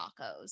tacos